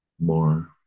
more